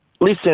listen